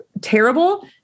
terrible